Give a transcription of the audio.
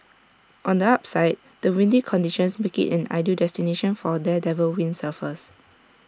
on the upside the windy conditions make IT an ideal destination for daredevil windsurfers